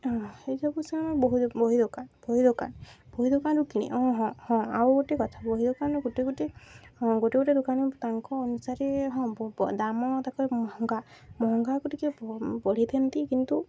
ଏଇସବୁ ସେମାନେ ବହି ଦୋକାନ ବହି ଦୋକାନ ବହି ଦୋକାନରୁ କିଣି ଆମ ହଁ ହଁ ହଁ ଆଉ ଗୋଟେ କଥା ବହି ଦୋକାନରୁ ଗୋଟେ ଗୋଟେ ହଁ ଗୋଟେ ଗୋଟେ ଦୋକାନ ତାଙ୍କ ଅନୁସାରେ ହଁ ଦାମ୍ ତାଙ୍କର ମହଙ୍ଗା ମହଙ୍ଗାକୁ ଟିକେ ବଢ଼ିଥାନ୍ତି କିନ୍ତୁ